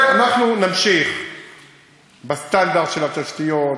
אנחנו נמשיך בסטנדרט של התשתיות,